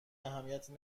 اهمیتی